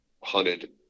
hunted